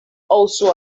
also